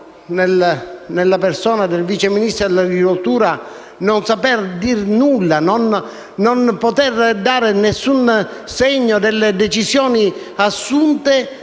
nella persona del Vice Ministro dell'agricoltura, non saper dire nulla e non poter dare nessuno segno delle decisioni assunte